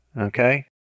Okay